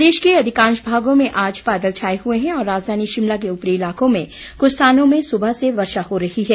प्रदेश के अधिकांश भागों में आज बादल छाये हुए हैं और राजधानी शिमला के उपरी इलाकों में कुछ स्थानों में सुबह से वर्षा हो रही है